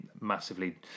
massively